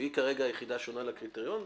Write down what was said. והיא כרגע היחידה שעונה לקריטריון,